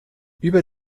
über